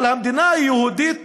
אבל המדינה היהודית